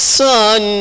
son